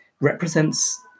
represents